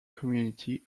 community